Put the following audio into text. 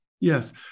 Yes